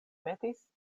metis